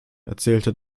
erzählte